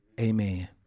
Amen